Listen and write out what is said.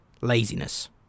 laziness